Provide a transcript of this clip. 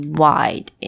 wide